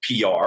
PR